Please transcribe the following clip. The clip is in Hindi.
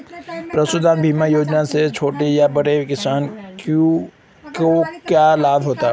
पशुधन बीमा योजना से छोटे या बड़े किसानों को क्या लाभ होगा?